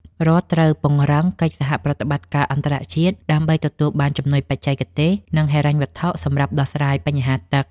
រដ្ឋត្រូវពង្រឹងកិច្ចសហប្រតិបត្តិការអន្តរជាតិដើម្បីទទួលបានជំនួយបច្ចេកទេស និងហិរញ្ញវត្ថុសម្រាប់ដោះស្រាយបញ្ហាទឹក។